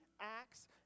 Acts